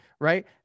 right